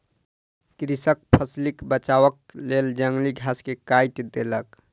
कृषक फसिलक बचावक लेल जंगली घास के काइट देलक